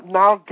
now